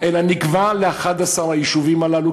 אלא נקבע על 11 היישובים הללו,